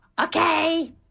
okay